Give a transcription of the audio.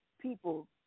people